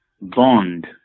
Bond